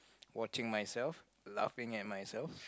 watching myself laughing at myself